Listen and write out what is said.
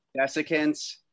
desiccants